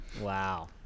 Wow